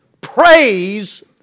Praise